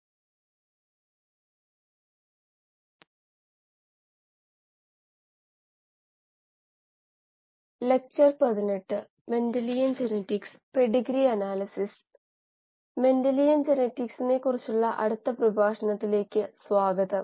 bio റിയാക്ടറുകളെക്കുറിച്ചുള്ള NPTEL online certification കോഴ്സായ പ്രഭാഷണം 18 ലേക്ക് സ്വാഗതം